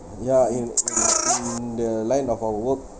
ya in in in the line of our work